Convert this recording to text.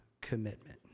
commitment